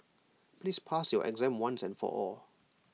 please pass your exam once and for all